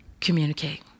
communicate